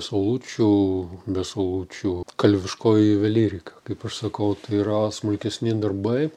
saulučių be saulučių kalviškoji juvelyrika kaip aš sakau tai yra smulkesni darbai